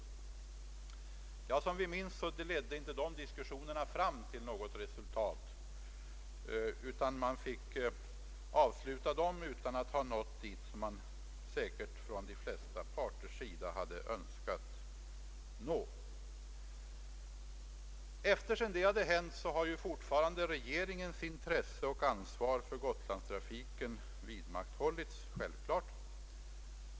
Som vi minns ledde inte dessa diskussioner fram till något resultat, utan man fick avsluta dem utan att ha nått dit de flesta parter säkert hade önskat. Sedan detta hänt har regeringens intresse och ansvar för Gotlandstrafiken givetvis vidmakthållits.